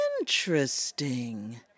Interesting